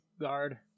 Guard